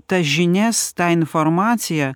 tas žinias tą informaciją